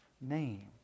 name